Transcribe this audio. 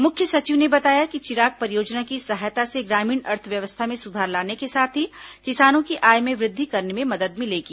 मुख्य सचिव ने बताया कि चिराग परियोजना की सहायता से ग्रामीण अर्थव्यवस्था में सुधार लाने के साथ ही किसानों की आय में वृद्धि करने में मदद मिलेगी